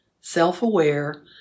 self-aware